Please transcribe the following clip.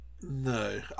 No